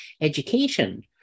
education